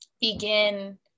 begin